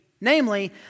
Namely